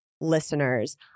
listeners